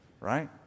right